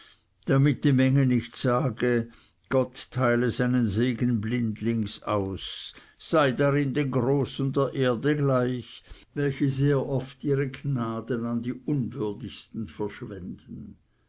damit die menge nicht sage gott teile seinen segen blindlings aus sei darin den großen der erde gleich welche sehr oft ihre gnaden an die unwürdigsten verschwenden